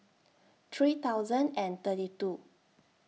three thousand and thirty two